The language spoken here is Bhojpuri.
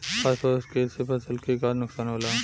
फास्फोरस के से फसल के का नुकसान होला?